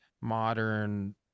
modern